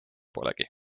polegi